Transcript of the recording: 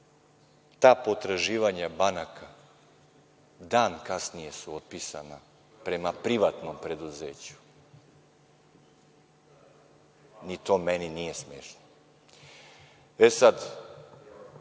ta potraživanja banaka, dan kasnije su otpisana prema privatnom preduzeću. Ni to meni nije smešno. Sad,